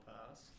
Pass